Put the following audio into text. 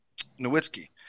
Nowitzki